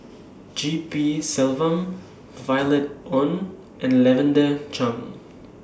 G P Selvam Violet Oon and Lavender Chang